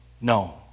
no